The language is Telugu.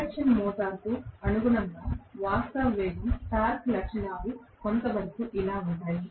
ఇండక్షన్ మోటారుకు అనుగుణంగా వాస్తవ వేగం టార్క్ లక్షణాలు కొంతవరకు ఇలా ఉంటాయి